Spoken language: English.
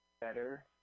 better